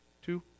Two